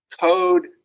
code